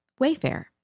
Wayfair